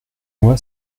moi